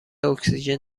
اکسیژن